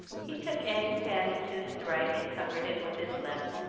he took annie's hand into his right and covered it with his left,